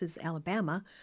Alabama